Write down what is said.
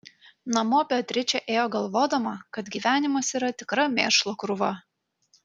namo beatričė ėjo galvodama kad gyvenimas yra tikra mėšlo krūva